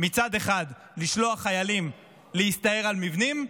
מצד אחד לשלוח חיילים להסתער על מבנים,